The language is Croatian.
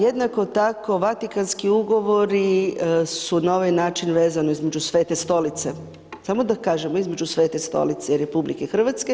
Jednako tako, Vatikanski Ugovori su na ovaj način vezani između Svete Stolice, samo da kažem između Svete Stolice i RH.